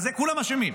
אז כולם אשמים.